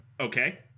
Okay